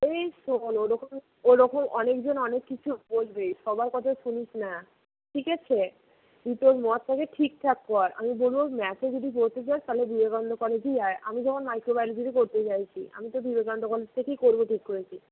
ওরে শোন ওরকম ওরকম অনেকজন অনেক কিছু বলবে সবার কথা শুনিস না ঠিক আছে তুই তোর মত আগে ঠিকঠাক কর আমি বলব ম্যাথে যদি পড়তে চাস তাহলে বিবেকানন্দ কলেজেই আয় আমি যেমন মাইক্রোবায়োলজি নিয়ে পড়তে চাইছি আমি তো বিবেকানন্দ কলেজ থেকেই করব ঠিক করেছি